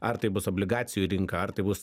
ar tai bus obligacijų rinka ar tai bus